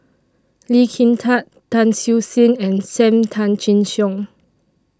Lee Kin Tat Tan Siew Sin and SAM Tan Chin Siong